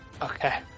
Okay